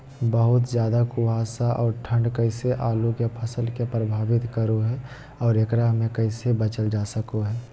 बहुत ज्यादा कुहासा और ठंड कैसे आलु के फसल के प्रभावित करो है और एकरा से कैसे बचल जा सको है?